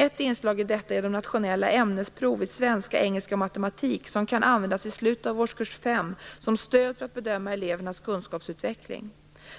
Ett inslag i detta är de nationella ämnesprov i svenska, engelska och matematik, som kan användas i slutet av årskurs fem som stöd för att bedöma elevernas kunskapsutveckling.